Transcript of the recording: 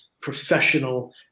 professional